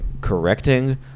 correcting